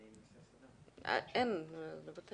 אני רוצה להצטרף לתודה שדב חנין הביע לכל